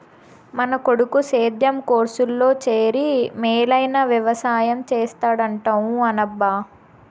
మన కొడుకు సేద్యం కోర్సులో చేరి మేలైన వెవసాయం చేస్తాడంట ఊ అనబ్బా